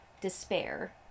despair